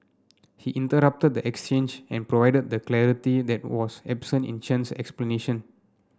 he interrupted the exchange and provided the clarity that was absent in Chen's explanation